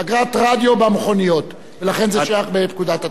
אגרת רדיו במכוניות, ולכן זה שייך לפקודת התעבורה.